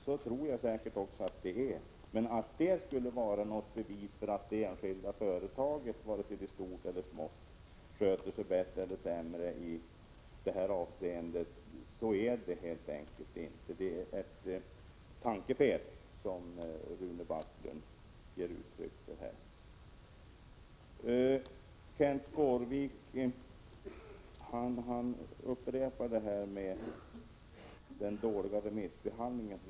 Så tror också jag att det är, men att det skulle vara ett bevis för att det enskilda företaget, oavsett om det är stort eller litet, sköter sig bättre eller sämre i det här avseendet går jag inte med på. Så är det helt enkelt inte — det är ett tankefel som Rune Backlund ger uttryck för. Kenth Skårvik upprepade att han tycker att det har varit en dålig remissbehandling.